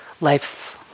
Life's